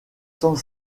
sans